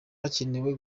hakenewe